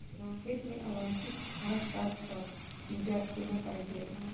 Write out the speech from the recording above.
खेत मे अवांछित घास पात सऽ निजात कोना पाइल जाइ?